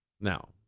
Now